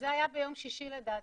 זה היה ביום שישי, לדעתי.